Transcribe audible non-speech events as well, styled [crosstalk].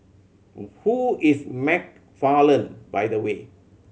[noise] who is McFarland by the way